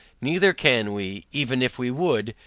neither can we, even if we would,